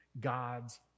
God's